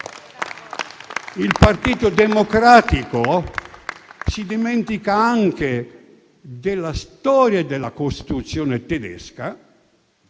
Il Partito Democratico si dimentica anche della storia e della Costituzione tedesca,